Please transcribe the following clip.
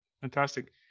Fantastic